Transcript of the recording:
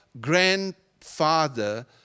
grandfather